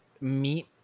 meet